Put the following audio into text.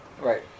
Right